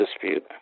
dispute